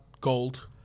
gold